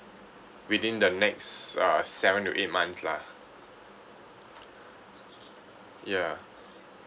within the next uh seven to eight months lah ya